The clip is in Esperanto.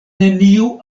neniu